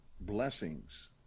blessings